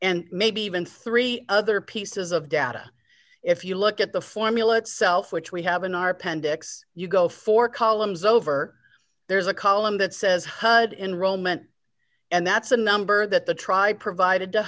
and maybe even three other pieces of data if you look at the formula itself which we have in our pending acts you go four columns over there's a column that says hud enroll meant and that's a number that the tribe provided